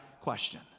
question